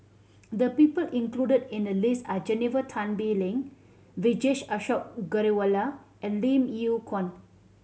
the people included in the list are Jennifer Tan Bee Leng Vijesh Ashok Ghariwala and Lim Yew Kuan